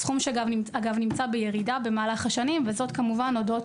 סכום שנמצא בירידה במהלך השנים וזאת הודות